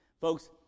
Folks